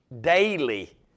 daily